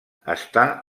està